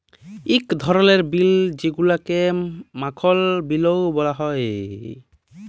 ইক ধরলের বিল যেগুলাকে মাখল বিলও ব্যলা হ্যয়